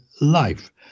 life